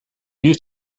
new